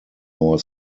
more